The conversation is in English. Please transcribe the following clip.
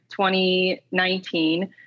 2019